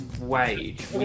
wage